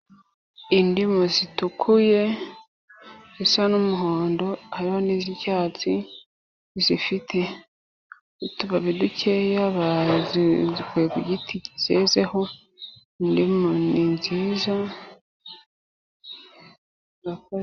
Indimu zitukuye zisa n'umuhondo hariho niz'icyatsi zifite utubabi dukeya, bazikuye ku giti zezeho, indimu ni nziza.